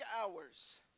hours